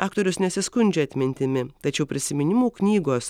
aktorius nesiskundžia atmintimi tačiau prisiminimų knygos